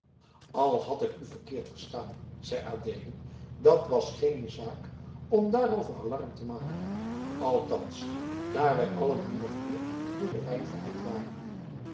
al had ik u verkeerd verstaan zeide adeelen dat was geene zaak om daarover alarm te maken althans daar wij allen meer of min door den wijn verhit waren